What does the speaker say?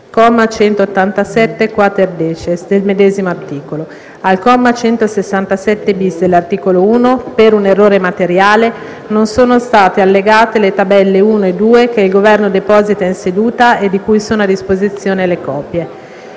comma 187-*quaterdecies* del medesimo articolo; - al comma 167-*bis* dell'articolo 1, per un errore materiale, non sono state allegate le tabelle I e II che il Governo deposita in seduta e di cui sono a disposizione le copie;